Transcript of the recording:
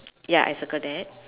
ya I circle that